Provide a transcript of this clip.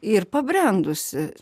ir pabrendusi